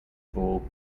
full